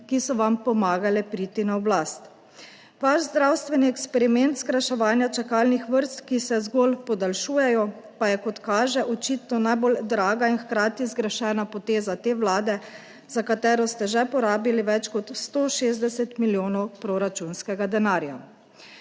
ki so vam pomagale priti na oblast. Vaš zdravstveni eksperiment skrajševanja čakalnih vrst, ki se zgolj podaljšujejo, pa je, kot kaže, očitno najbolj draga in hkrati zgrešena poteza te Vlade, za katero ste že porabili več kot 160 milijonov proračunskega denarja.